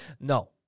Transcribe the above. No